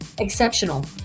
Exceptional